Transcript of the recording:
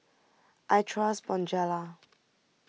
I trust Bonjela